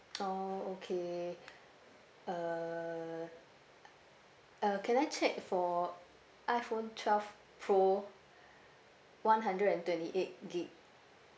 oh okay uh uh can I check for iphone twelve pro one hundred and twenty eight gig